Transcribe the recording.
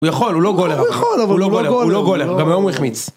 הוא יכול, הוא לא גולר. הוא יכול אבל הוא לא גולר. הוא לא גולר. גם היום הוא החמיץ.